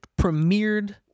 premiered